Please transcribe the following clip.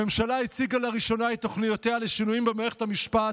הממשלה הציגה לראשונה את תוכניותיה לשינויים במערכת המשפט,